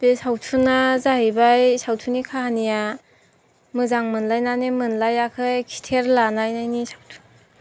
बे सावथुनआ जाहैबाय सावथुननि काहानिया मोजां मोनलायनानै मोनलायाखै खिथेर लालायनायनि सावथुन